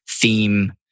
theme